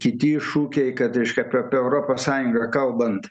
kiti šūkiai kad reiškia apie apie europos sąjungą kalbant